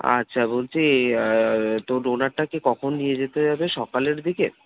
আচ্ছা বলছি তো ডোনারটাকে কখন নিয়ে যেতে হবে সকালের দিকে